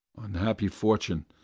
unhappy fortune!